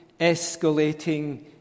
escalating